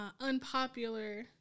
unpopular